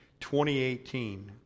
2018